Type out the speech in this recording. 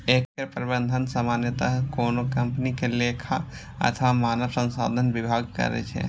एकर प्रबंधन सामान्यतः कोनो कंपनी के लेखा अथवा मानव संसाधन विभाग करै छै